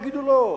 יגידו: לא,